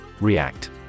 React